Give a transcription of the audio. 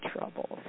troubles